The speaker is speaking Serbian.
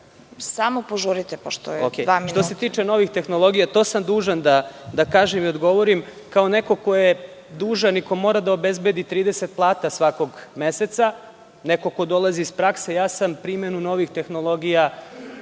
Samo požurite, pošto je dva minuta.